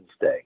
day